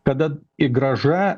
kada įgrąža